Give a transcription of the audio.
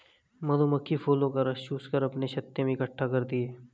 मधुमक्खी फूलों का रस चूस कर अपने छत्ते में इकट्ठा करती हैं